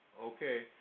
Okay